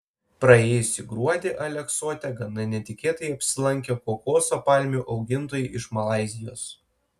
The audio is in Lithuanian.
praėjusį gruodį aleksote gana netikėtai apsilankė kokoso palmių augintojai iš malaizijos